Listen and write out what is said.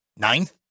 Ninth